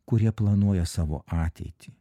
kurie planuoja savo ateitį